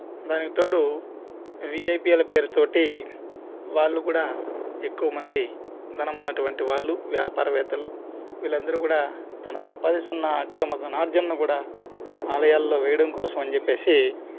దానికి తోడు వీఐపీల పేరుతో వాళ్ళు కూడా ఎక్కువ మంది ధనము ఉన్నటువంటి వాళ్ళు వ్యాపారవేత్తలు వీళ్ళందరూ కూడా తన సంపాదిస్తున్న అక్రమ ధనార్జనను కూడా ఆలయాల్లో వెయ్యడం కోసమని చెప్పేసి